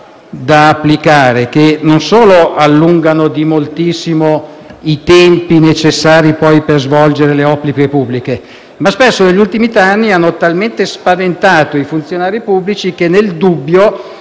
da applicare e allungano moltissimo i tempi necessari per svolgere le opere pubbliche, ma che spesso negli ultimi tre anni hanno talmente spaventato i funzionari pubblici che, nel dubbio,